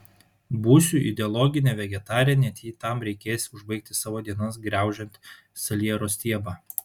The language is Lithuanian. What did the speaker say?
būsiu ideologinė vegetarė net jei tam reikės užbaigti savo dienas graužiant saliero stiebą